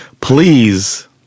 Please